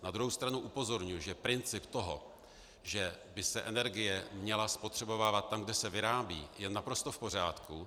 Na druhou stranu upozorňuji, že princip toho, že by se energie měla spotřebovávat tam, kde se vyrábí, je naprosto v pořádku.